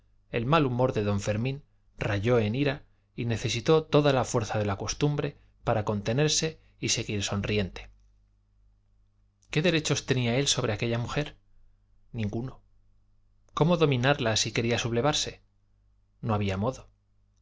el mal humor de d fermín rayó en ira y necesitó toda la fuerza de la costumbre para contenerse y seguir sonriente qué derechos tenía él sobre aquella mujer ninguno cómo dominarla si quería sublevarse no había modo